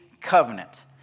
covenant